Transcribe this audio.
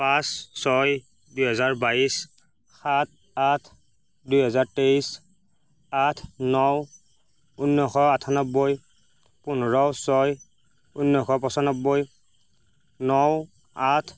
পাঁচ ছয় দুহেজাৰ বাইছ সাত আঠ দুহেজাৰ তেইছ আঠ ন ঊনৈছশ আঠানব্বৈ পোন্ধৰ ছয় ঊনৈছশ পঁচানব্বৈ ন আঠ